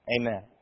Amen